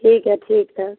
ठीक है ठीक है